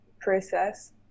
process